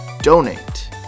donate